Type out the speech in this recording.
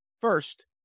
first